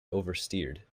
oversteered